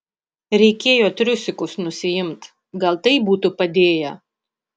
reikėjo triusikus nusiimt gal tai būtų padėję